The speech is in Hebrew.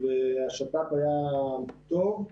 והשת"פ היה טוב,